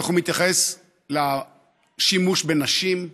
איך הוא מתייחס לשימוש בנשים.